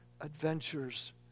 adventures